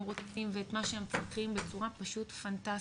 רוצים ואת מה שהם צריכים בצורה פשוט פנטסטית,